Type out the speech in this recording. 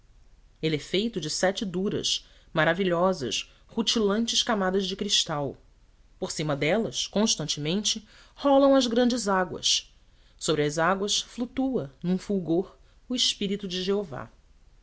ele é feito de sete duras maravilhosas rutilantes camadas de cristal por cima delas constantemente rolam as grandes águas sobre as águas flutua num fulgor o espírito de jeová